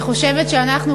אני חושבת שאנחנו,